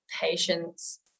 patience